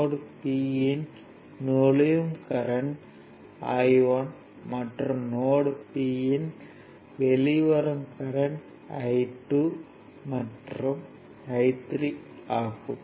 note p யின் நுழையும் current I1 மற்றும் நோட் p யின் வெளி வரும் கரண்ட் I2 மற்றும் I3 ஆகும்